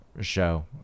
show